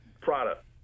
product